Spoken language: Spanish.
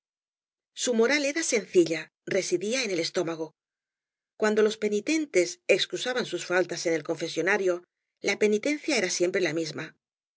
su moral era sencilla residía en el estómago cuando los penitentes excusaban sus faltas en el confesonario la penitencia era siempre la misma